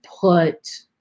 put